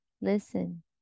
listen